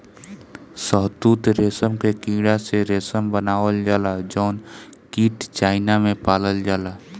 शहतूत रेशम के कीड़ा से रेशम बनावल जाला जउन कीट चाइना में पालल जाला